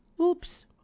Oops